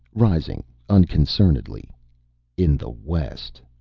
rising unconcernedly in the west.